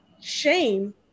shame